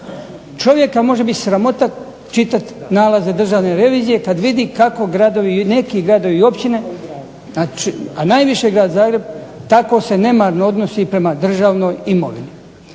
Čovjeka može biti sramota čitati nalaze državne revizije kada vidi kako neki gradovi i općine, a najviše grad Zagreb tako se nemarno odnosi prema državnoj imovini.